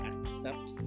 Accept